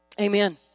Amen